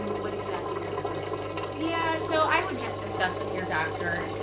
what exactly are the symptoms that you need? yeah so i would just discuss with your doctor.